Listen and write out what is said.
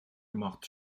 gemacht